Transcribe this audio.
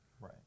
Right